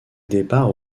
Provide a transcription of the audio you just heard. départ